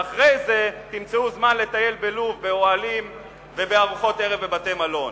ואחרי זה תמצאו זמן לטייל בלוב באוהלים ובארוחות ערב בבתי-מלון.